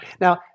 Now